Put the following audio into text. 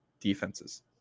defenses